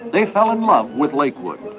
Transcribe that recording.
they fell in love with lakewood.